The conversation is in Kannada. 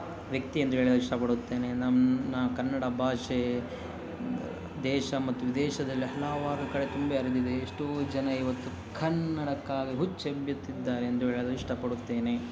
ವ್ಯಕ್ತಿ ಎಂದು ಹೇಳಲು ಇಷ್ಟಪಡುತ್ತೇನೆ ನಮ್ಮ ನ ಕನ್ನಡ ಭಾಷೆ ದೇಶ ಮತ್ತು ವಿದೇಶದಲ್ಲಿ ಹಲವಾರು ಕಡೆ ತುಂಬಿ ಹರಿದಿದೆ ಎಷ್ಟೋ ಜನ ಇವತ್ತು ಕನ್ನಡಕ್ಕಾಗಿ ಹುಚ್ಚೆಬ್ಯುತ್ತಿದ್ದಾರೆ ಎಂದು ಹೇಳಲು ಇಷ್ಟಪಡುತ್ತೇನೆ